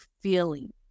feeling